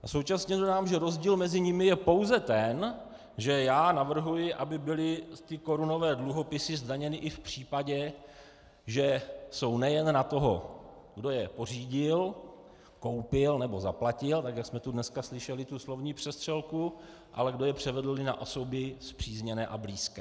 A současně dodám, že rozdíl mezi nimi je pouze ten, že já navrhuji, aby byly ty korunové dluhopisy zdaněny i v případě, že jsou nejen na toho, kdo je pořídil, koupil nebo zaplatil, tak jak jste tu dneska slyšeli tu slovní přestřelku, ale kdo je převedl i na osoby spřízněné a blízké.